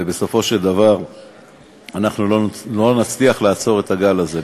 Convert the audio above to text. ובסופו של דבר אנחנו לא נצליח לעצור את הגל הזה.